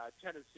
tennessee